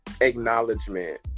acknowledgement